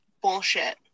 bullshit